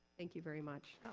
thank you very much.